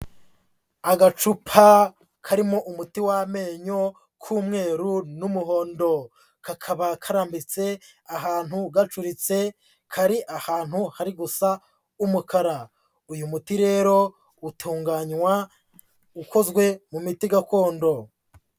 Agacupa karimo umuti w'amenyo k'umweru n'umuhondo, kakaba karambitse ahantu gacuritse, kari ahantu hari gusa umukara, uyu muti rero utunganywa ukozwe mu miti gakondo.